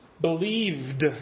believed